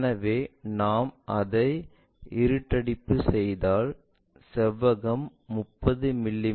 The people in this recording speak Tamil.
எனவே நாம் அதை இருட்டடிப்பு செய்தால் செவ்வகம் 30 மி